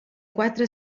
quatre